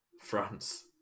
France